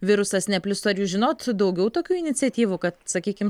virusas neplistų ar jūs žinot daugiau tokių iniciatyvų kad sakykim